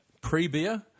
Pre-beer